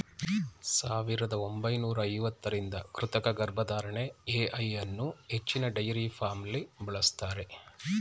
ಸಾವಿರದ ಒಂಬೈನೂರ ಐವತ್ತರಿಂದ ಕೃತಕ ಗರ್ಭಧಾರಣೆ ಎ.ಐ ಅನ್ನೂ ಹೆಚ್ಚಿನ ಡೈರಿ ಫಾರ್ಮ್ಲಿ ಬಳಸ್ತಾರೆ